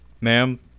ma'am